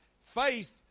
Faith